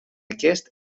aquest